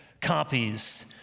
copies